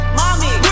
mommy